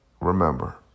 remember